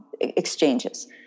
exchanges